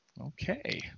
Okay